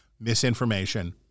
misinformation